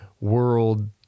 world